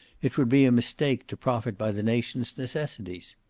it would be a mistake to profit by the nation's necessities.